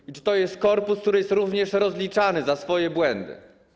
I czy to jest korpus, który jest również rozliczany za swoje błędy?